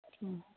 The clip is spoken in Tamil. ம்